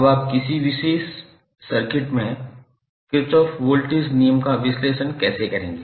अब आप किसी विशेष सर्किट में किरचॉफ वोल्टेज नियम का विश्लेषण कैसे करेंगे